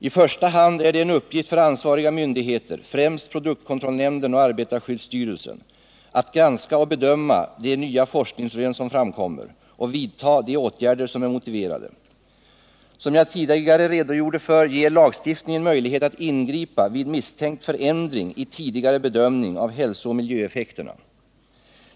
I första hand är det en uppgift för ansvariga myndigheter, främst produktkontrollnämnden och arbetarskyddsstyrelsen, att granska och bedöma de nya forskningsrön som framkommer och vidta de åtgärder som är motiverade. Som jag tidigare redogjorde för ger lagstiftningen möjlighet att ingripa vid misstänkt förändring i tidigare bedömning av hälsooch miljöeffekterna.